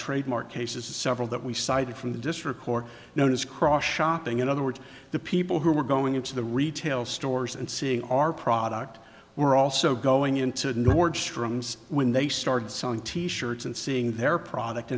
trademark cases several that we cited from the district court known as cross shopping in other words the people who were going into the retail stores and seeing our product we're also going into nordstrom's when they started selling t shirts and seeing their product